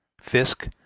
Fisk